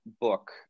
book